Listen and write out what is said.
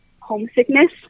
homesickness